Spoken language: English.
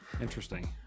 Interesting